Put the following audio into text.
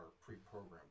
pre-programmed